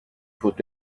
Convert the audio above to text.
faut